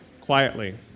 quietly